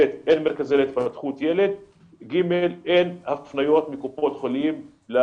אין מרכזים להתפתחות הילד ואין הפניות מקופות החולים.